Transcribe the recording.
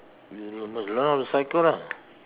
you will know learn how to cycle lah